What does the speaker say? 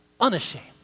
unashamed